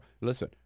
listen